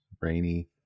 rainy